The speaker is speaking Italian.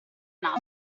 naso